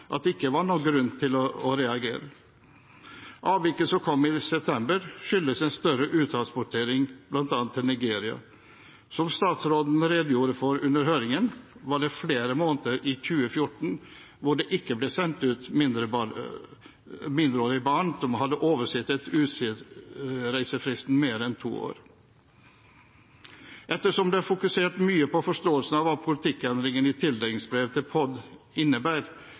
at det ikke var noen grunn til å reagere. Avviket som kom i september, skyldes en større uttransportering, bl.a. til Nigeria. Som statsråden redegjorde for under høringen, var det flere måneder i 2014 hvor det ikke ble sendt ut mindreårige barn som hadde oversittet utreisefristen med mer enn to år. Ettersom det er fokusert mye på forståelsen av hva politikkendringen i tildelingsbrevet til POD innebærer,